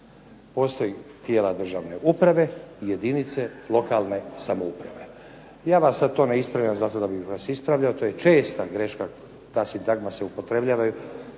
Postoje tijela državne uprave i jedinice lokalne samouprave. Ja vas sad to ne ispravljam zato da bih vas ispravljao, to je česta greška, ta sintagma se upotrebljava